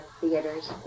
theaters